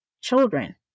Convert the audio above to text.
Children